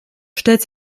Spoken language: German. stellt